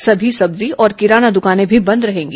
सभी सब्जी और किराना दुकानें भी बंद रहेंगी